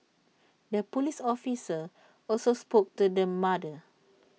the Police officer also spoke to the mother